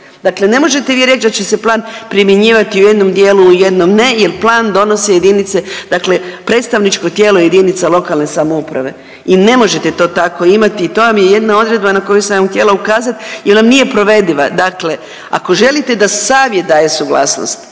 Dakle, ne možete vi reć da će se plan primjenjivati u jednom dijelu u jednom ne jel plan donose jedinice dakle predstavničko tijelo jedinica lokalne samouprave i ne možete to tako imati. To vam je jedna odredba na koju sam vam htjela ukazat jel vam nije provediva. Dakle, ako želite da savjet daje suglasnost